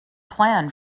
plan